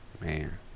Man